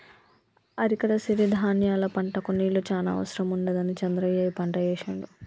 అరికల సిరి ధాన్యాల పంటకు నీళ్లు చాన అవసరం ఉండదని చంద్రయ్య ఈ పంట ఏశిండు